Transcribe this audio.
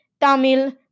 Tamil